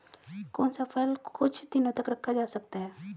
कौन सा फल कुछ दिनों तक रखा जा सकता है?